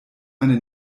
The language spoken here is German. meine